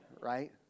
right